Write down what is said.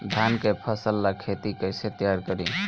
धान के फ़सल ला खेती कइसे तैयार करी?